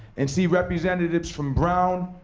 and see representatives from brown,